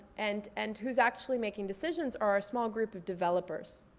and and who's actually making decisions are a small group of developers.